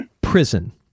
Prison